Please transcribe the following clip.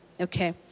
Okay